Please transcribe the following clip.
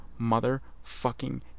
motherfucking